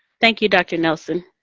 thank you, dr. nelson.